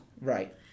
Right